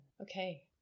Okay